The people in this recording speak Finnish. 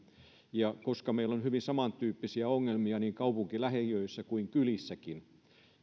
koska meillä on hyvin samantyyppisiä ongelmia kaupunkilähiöissä kuin kylissäkin